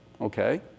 Okay